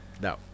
No